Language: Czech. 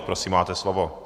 Prosím máte slovo.